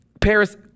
Paris